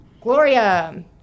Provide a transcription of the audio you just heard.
Gloria